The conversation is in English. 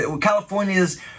California's